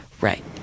Right